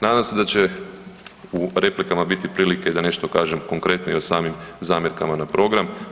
Nadam se da će u replikama biti prilike da nešto kažem konkretnije o samim zamjerkama na program.